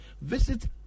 visit